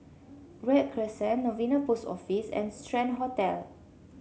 Read Crescent Novena Post Office and Strand Hotel